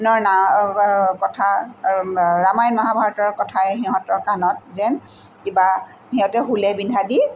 ন কথা ৰামায়ন মহাভাৰতৰ কথাই সিহঁতৰ কাণত যেন কিবা সিহঁতৰ হুলে বিন্ধা দি